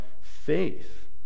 faith